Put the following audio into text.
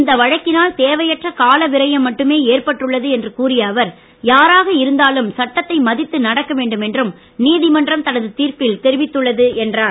இந்த வழக்கினால் தேவையற்ற காலவிரயம் மட்டுமே ஏற்பட்டுள்ளது என்று கூறிய அவர்இ யாராக இருந்தாலும் சட்டத்தை மதித்து நடக்க வேண்டும் என்றும் நீதிமன்றம் தனது தீர்ப்பில் தெரிவித்துள்ளது என்றார்